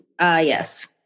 Yes